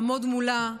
לעמוד מולה,